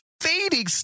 Fading